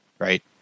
right